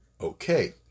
okay